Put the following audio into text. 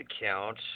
account